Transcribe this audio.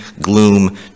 gloom